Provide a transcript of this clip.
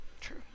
True